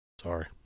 Sorry